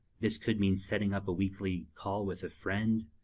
this could mean setting up a weekly call with a friend,